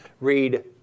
Read